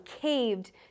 caved